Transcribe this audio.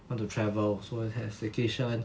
want to travel so has staycation